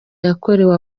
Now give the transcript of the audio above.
yakorewe